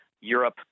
Europe